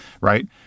right